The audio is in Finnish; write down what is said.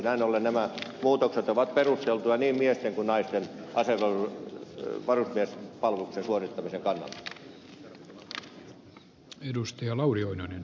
näin ollen nämä muutokset ovat perusteltuja niin miesten kuin naistenkin varusmiespalveluksen suorittamisen kannalta